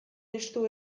estu